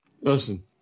Listen